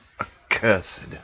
accursed